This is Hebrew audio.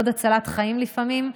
עוד הצלת חיים לפעמים,